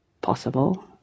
Possible